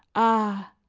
ah!